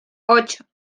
ocho